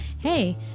hey